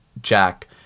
Jack